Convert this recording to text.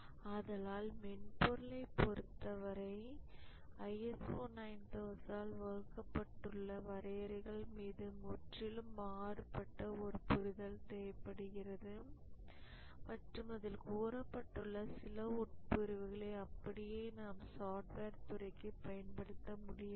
ஆதலால் மென்பொருளை பொறுத்தவரை ISO 9001 ஆல் வகுக்கப்பட்டுள்ள வரையறைகள் மீது முற்றிலும் மாறுபட்ட ஒரு புரிதல் தேவைப்படுகிறது மற்றும் அதில் கூறப்பட்டுள்ள சில உட்பிரிவுகளை அப்படியே நாம் சாஃப்ட்வேர் துறைக்கு பயன்படுத்த முடியாது